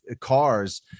cars